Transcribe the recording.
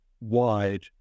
wide